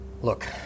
Look